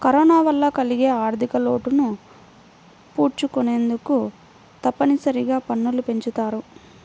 corona వల్ల కలిగిన ఆర్ధికలోటును పూడ్చుకొనేందుకు తప్పనిసరిగా పన్నులు పెంచుతారు